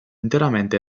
interamente